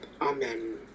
Amen